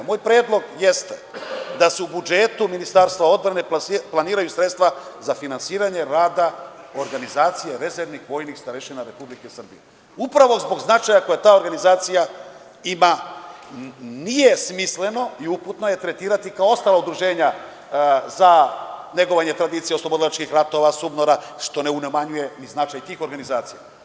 Moj predlog jeste da se u budžetu Ministarstva odbrane planiraju sredstva za finansiranje rada organizacije rezervnih vojnih starešina Republike Srbije, upravo zbog značaja koje ta organizacija ima, nije smisleno i uputno je tretirati kao ostala udruženja za negovanje tradicije, oslobodilačkih ratova, SUBNOR-a, što ne umanjuje značaj i tih organizacija.